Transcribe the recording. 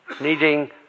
needing